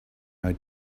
our